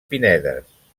pinedes